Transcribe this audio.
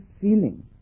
feeling